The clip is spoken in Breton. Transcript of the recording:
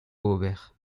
ober